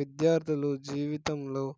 విద్యార్థులు జీవితంలో